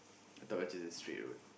I thought it was just a straight road